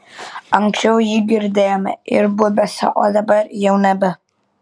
anksčiau jį girdėjome ir bubiuose o dabar jau nebe